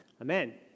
amen